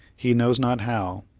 he knows not how,